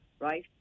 right